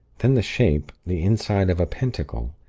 then the shape the inside of a pentacle.